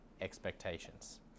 expectations